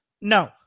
No